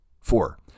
Four